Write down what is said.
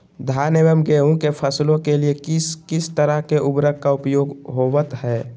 धान एवं गेहूं के फसलों के लिए किस किस तरह के उर्वरक का उपयोग होवत है?